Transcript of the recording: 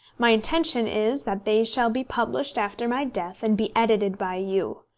my intention is that they shall be published after my death, and be edited by you.